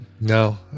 No